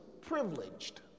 privileged